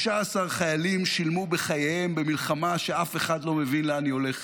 16 חיילים שילמו בחייהם במלחמה שאף אחד לא מבין לאן היא הולכת.